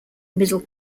middle